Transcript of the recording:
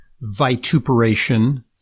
vituperation